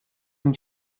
dem